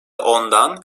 ondan